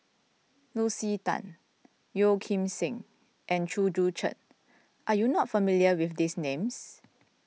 Lucy Tan Yeo Kim Seng and Chew Joo Chiat are you not familiar with these names